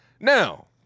Now